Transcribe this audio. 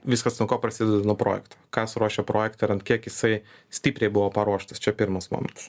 viskas nuo ko prasideda nuo projekto kas ruošia projektą ir ant kiek jisai stipriai buvo paruoštas čia pirmas momentas